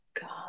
God